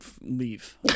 leave